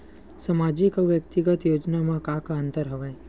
सामाजिक अउ व्यक्तिगत योजना म का का अंतर हवय?